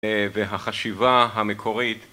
והחשיבה המקורית